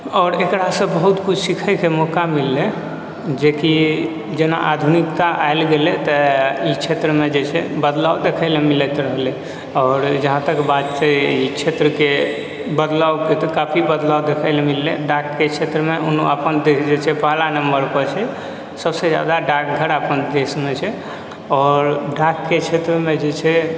आओर एकरासँ बहुत किछु सिखैके मौका मिललै जे कि जेना आधुनिकता आएल गेलै तऽ ई क्षेत्रमे जे छै बदलाव देखैलए मिलैत रहलै आओर जहाँतक बात छै ई क्षेत्र के बदलावके तऽ काफी बदलाव देखैलए मिललै डाकके क्षेत्रमे ओना अपन देश जे छै पहिला नम्बर पर छै सबसँ ज्यादा डाकघर अपन देशमे छै आओर डाकके क्षेत्रमे जे छै